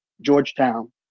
Georgetown